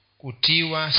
kutiwa